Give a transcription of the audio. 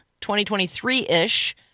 2023-ish